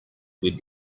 with